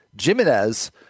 Jimenez